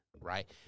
right